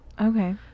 Okay